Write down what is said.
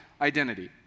identity